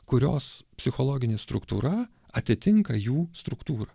kurios psichologinė struktūra atitinka jų struktūrą